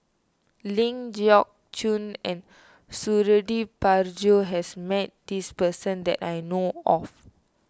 Ling Geok Choon and Suradi Parjo has met this person that I know of